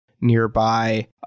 nearby